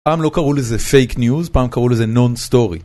פעם לא קראו לזה פייק ניוז, פעם קראו לזה נון סטורי.